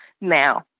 now